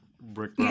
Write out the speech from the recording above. brick